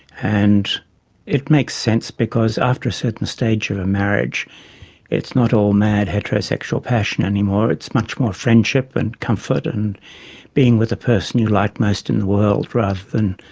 and it makes sense because after a certain stage of a marriage it's not all mad, heterosexual passion anymore, it's much more friendship and comfort and being with the person you like most in the world rather than